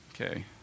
Okay